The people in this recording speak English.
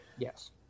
Yes